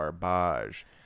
garbage